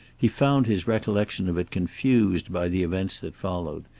he found his recollection of it confused by the events that followed,